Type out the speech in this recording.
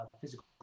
physical